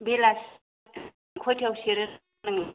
बेलासिआव खयथायाव सेरो ओरैनोलाय